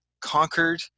conquered